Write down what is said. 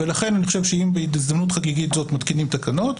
ולכן אני חושב שאם בהזדמנות חגיגית זאת מתקינים תקנות,